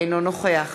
אינו נוכח